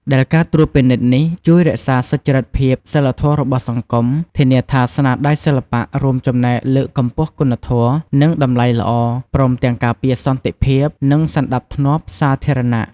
ដែលការត្រួតពិនិត្យនេះជួយរក្សាសុចរិតភាពសីលធម៌របស់សង្គម ធានាថាស្នាដៃសិល្បៈរួមចំណែកលើកកម្ពស់គុណធម៌ និងតម្លៃល្អ ព្រមទាំងការពារសន្តិភាព និងសណ្ដាប់ធ្នាប់សាធារណៈ។